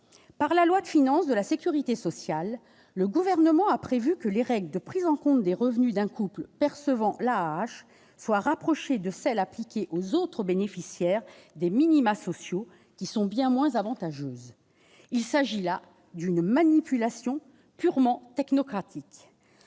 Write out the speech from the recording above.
par la loi de financement de la sécurité sociale, le Gouvernement a prévu que les règles de prise en compte des revenus d'un couple percevant l'AAH seront rapprochées de celles qui sont appliquées aux autres bénéficiaires des minima sociaux, lesquelles sont bien moins avantageuses. Il s'agit là d'une manipulation purement technocratique.